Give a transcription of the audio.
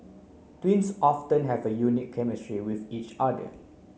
twins have a unique chemistry with each other